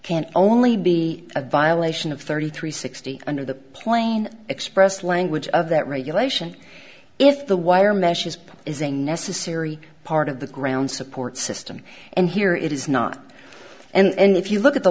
can only be a violation of thirty three sixty under the plane express language of that regulation if the wire mesh is put is a necessary part of the ground support system and here it is not and if you look at the